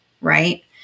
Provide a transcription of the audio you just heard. right